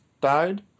died